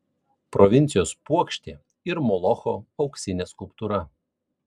provincijos puokštė ir molocho auksinė skulptūra